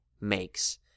makes